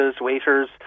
waiters